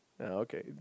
Okay